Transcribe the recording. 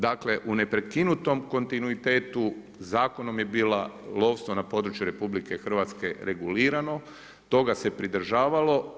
Dakle, u neprekinutom kontinuitetu zakonom je bilo lovstvo na području RH regulirano, toga se pridržavalo.